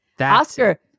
Oscar